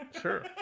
sure